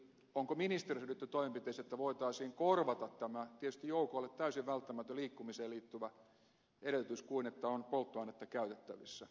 onko ministeriössä ryhdytty sellaiseen toimenpiteeseen että voitaisiin korvata tämä tietysti joukoille täysin välttämätön liikkumiseen liittyvä edellytys että on polttoainetta käytettävissä